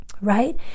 Right